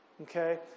okay